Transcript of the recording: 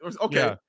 Okay